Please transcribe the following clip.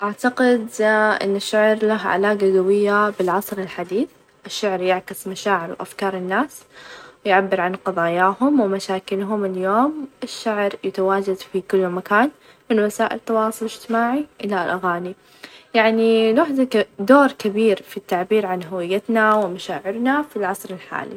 أفظل -أطعم- الأطعمة المالحة أحب الأكلات مثل: الكبسة ،مشاوي، إنها تعطي نكهة مميزة ،وتكون مشبعة بس أحيانًا استمتع بحلاوة خفيفة بعد الأكل ،لكن الملح هو المفظل عندي.